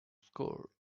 score